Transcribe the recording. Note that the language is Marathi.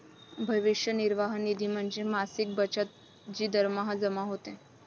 भविष्य निर्वाह निधी म्हणजे मासिक बचत जी दरमहा जमा होते